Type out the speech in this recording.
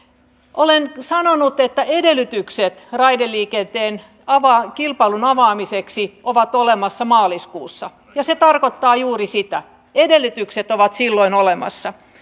olen sanonut että edellytykset raideliikenteen kilpailun avaamiseksi ovat olemassa maaliskuussa ja se tarkoittaa juuri sitä edellytykset ovat silloin olemassa